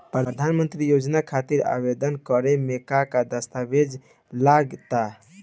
प्रधानमंत्री योजना खातिर आवेदन करे मे का का दस्तावेजऽ लगा ता?